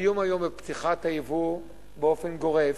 האיום היום בפתיחת היבוא באופן גורף,